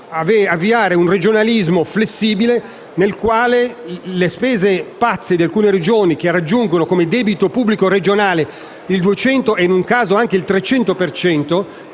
avviare un regionalismo flessibile, nel quale le spese pazze di alcune Regioni - che raggiungono un debito pubblico regionale del 200 per cento e, in un caso, anche del 300